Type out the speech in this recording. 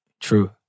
True